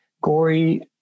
gory